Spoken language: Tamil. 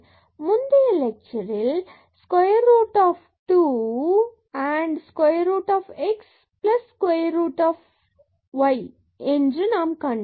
முந்தைய லெட்சரில் இது square root 2 square root x square y square என்று கண்டோம்